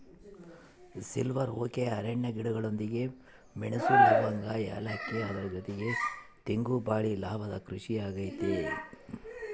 silver oak ಅರಣ್ಯ ಗಿಡಗಳೊಂದಿಗೆ ಮೆಣಸು, ಲವಂಗ, ಏಲಕ್ಕಿ ಅದರ ಜೊತೆಗೆ ತೆಂಗು ಬಾಳೆ ಲಾಭದ ಕೃಷಿ ಆಗೈತೆ